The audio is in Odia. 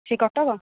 ସେହି କଟକ